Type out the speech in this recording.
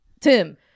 tim